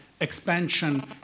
expansion